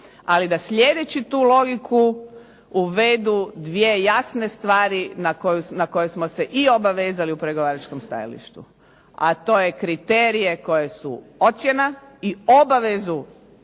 Ali da slijedeći tu logiku uvedu dvije jasne stvari na koje smo se i obavezali u pregovaračkom stajalištu, a to je kriterije koje su ocjena i obavezu.